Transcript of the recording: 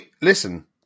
Listen